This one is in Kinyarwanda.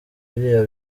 biriya